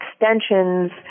extensions